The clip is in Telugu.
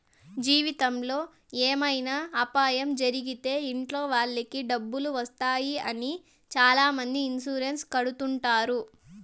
జీవితంలో ఏమైనా అపాయం జరిగితే ఇంట్లో వాళ్ళకి డబ్బులు వస్తాయి అని చాలామంది ఇన్సూరెన్స్ కడుతుంటారు